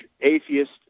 atheist